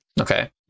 Okay